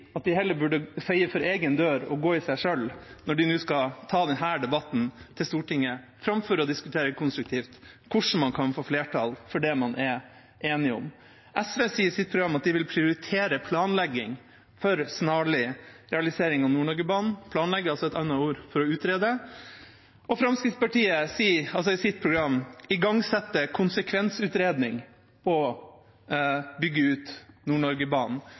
at de heller burde feie for egen dør og gå i seg selv, når de nå skal ta denne debatten til Stortinget, og diskutere konstruktivt hvordan man kan få flertall for det man er enig om. SV sier i sitt program at de vil prioritere planlegging for snarlig realisering av Nord-Norge-banen. «Planlegge» er et annet ord for «å utrede». Og Fremskrittspartiet sier i sitt program at de vil igangsette konsekvensutredning og bygge ut